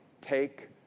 Take